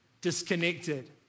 disconnected